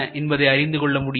என்பதை அறிந்துகொள்ள முடியும்